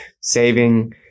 saving